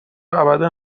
ابدا